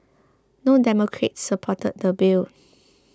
no Democrats supported the bill